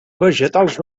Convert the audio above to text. vegetals